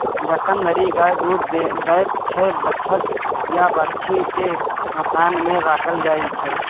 जखन धरि गाय दुध दैत छै बछ्छा या बाछी केँ बथान मे राखल जाइ छै